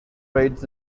raids